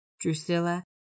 Drusilla